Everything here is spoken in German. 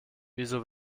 wieso